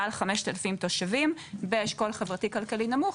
מעל חמשת אלפים תושבים ואשכול חברתי כלכלי נמוך,